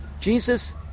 Jesus